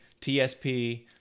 TSP